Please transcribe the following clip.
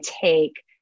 take